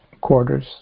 quarters